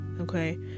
Okay